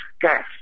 Gas